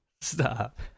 stop